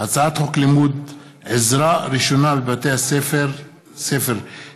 הצעת חוק לימוד עזרה ראשונה בבתי הספר (תיקון)